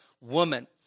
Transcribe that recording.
woman